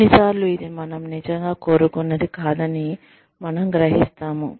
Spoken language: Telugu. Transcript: కొన్నిసార్లు ఇది మనం నిజంగా కోరుకున్నది కాదని మనము గ్రహిస్తాము